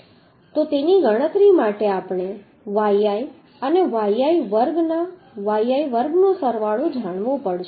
તો તેની ગણતરી માટે આપણે yi અને yi વર્ગનો સરવાળો જાણવો પડશે